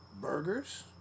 burgers